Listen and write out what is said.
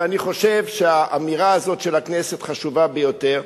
ואני חושב שהאמירה הזאת של הכנסת חשובה ביותר.